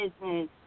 business